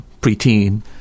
preteen